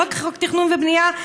לא רק חוק התכנון והבנייה,